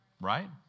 right